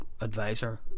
advisor